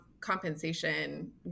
compensation